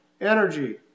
energy